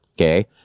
Okay